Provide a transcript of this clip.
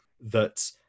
that-